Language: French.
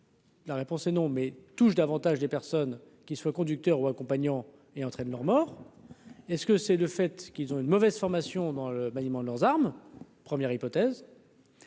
La réponse est non, mais touche davantage les personnes qui soit conducteur ou accompagnant et entraîne leur mort est-ce que c'est le fait qu'ils ont une mauvaise formation dans le maniement de leurs armes, premières hypothèses.